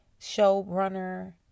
showrunner